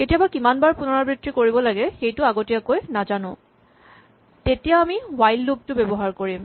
কেতিয়াবা কিমানবাৰ পুণৰাবৃত্তি কৰিব লাগিব সেইটো আগতীয়াকৈ নাজানো তেতিয়া আমি হুৱাইল লুপ টো ব্যৱহাৰ কৰিম